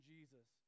Jesus